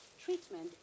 treatment